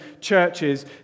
churches